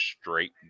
straight